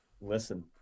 Listen